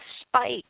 Spike